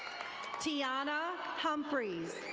tiana humphries.